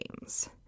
games